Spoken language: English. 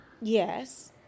Yes